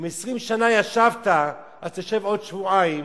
אם 20 שנה ישבת, אז תשב עוד שבועיים